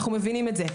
אנחנו מבינים את זה.